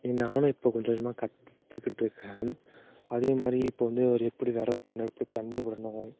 நானும் இப்போ கொஞ்சம் கொஞ்சமாக கற்றுக்கிட்டு இருக்கேன் அதே மாதிரி இப்போ வந்து அவர் எப்படி வெதை போடணும் எப்படி தண்ணி விடணும்